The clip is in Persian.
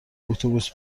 اتوبوس